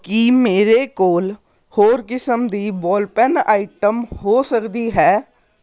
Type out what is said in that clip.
ਕੀ ਮੇਰੇ ਕੋਲ ਹੋਰ ਕਿਸਮ ਦੀ ਬਾਲ ਪੈਨ ਆਈਟਮ ਹੋ ਸਕਦੀ ਹੈ